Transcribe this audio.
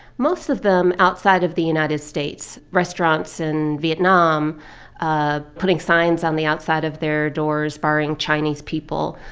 most of them outside of the united states restaurants in vietnam ah putting signs on the outside of their doors barring chinese people,